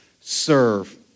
serve